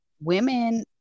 women